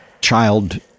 child